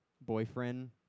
boyfriend